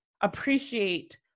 appreciate